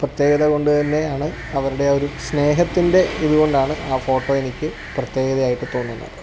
പ്രത്യേകത കൊണ്ട് തന്നെയാണ് അവരുടെ ആ ഒരു സ്നേഹത്തിന്റെ ഇത് കൊണ്ടാണ് ആ ഫോട്ടോ എനിക്ക് പ്രത്യേകതയായിട്ട് തോന്നുന്നത്